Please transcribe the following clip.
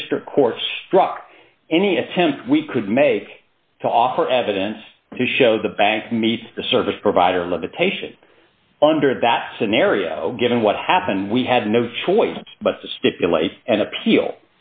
district court struck any attempt we could make to offer evidence to show the bank meets the service provider limitation under that scenario given what happened we had no choice but to stipulate an appeal